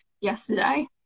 yesterday